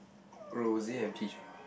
rosy and peach ah